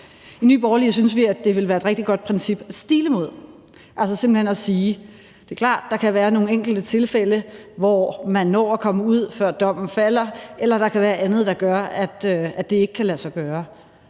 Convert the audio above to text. I Nye Borgerlige synes vi, at det ville være et rigtig godt princip at stile mod, altså simpelt hen sige, at det er klart, at der kan være nogle enkelte tilfælde, hvor man når at komme ud, før dommen falder, eller hvor der kan være andet, der gør, at det kan ikke lade sig gøre,